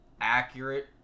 accurate